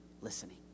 Listening